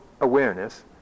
awareness